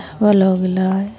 चावल हो गेलै